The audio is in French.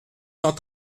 cent